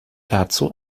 dazu